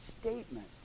statement